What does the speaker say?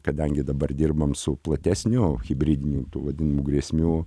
kadangi dabar dirbam su platesniu hibridiniu tų vadinamų grėsmių